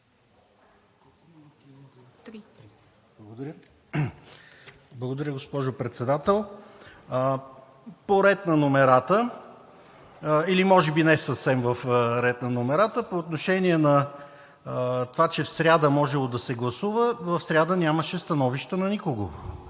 (ДБ): Благодаря, госпожо Председател. По ред на номерата или може би не съвсем в ред на номерата. По отношение на това, че в сряда можело да се гласува. В сряда нямаше становища на никого